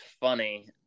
funny